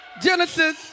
Genesis